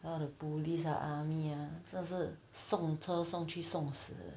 all the police ah army uh 这是送车送去送死